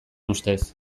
ustez